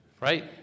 Right